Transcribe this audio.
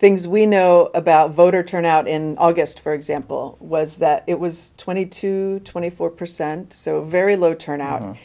things we know about voter turnout in august for example was that it was twenty two twenty four percent so very low turnout